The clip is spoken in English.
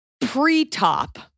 pre-top